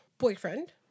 boyfriend